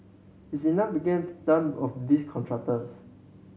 is enough begin done of these contractors